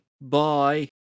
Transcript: Bye